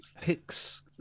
picks